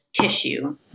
tissue